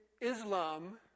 Islam